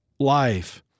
Life